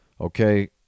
okay